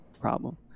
problem